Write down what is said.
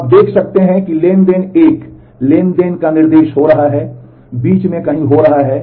तो आप देख सकते हैं कि ट्रांज़ैक्शन 1 ट्रांज़ैक्शन का निर्देश हो रहा है 1 बीच में कहीं हो रहा है